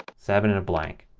seven and a blank,